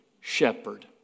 shepherd